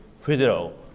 federal